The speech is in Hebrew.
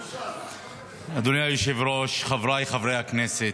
אדוני היושב-ראש, חבריי חברי הכנסת,